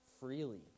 freely